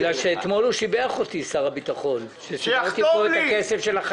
אתמול שר הביטחון שיבח אותי,